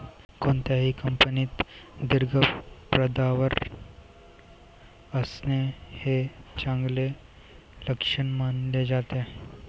कोणत्याही कंपनीत दीर्घ पदावर असणे हे चांगले लक्षण मानले जाते